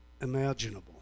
imaginable